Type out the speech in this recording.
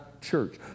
church